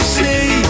see